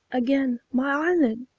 again, my eyelid!